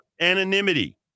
anonymity